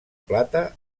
plata